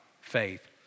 faith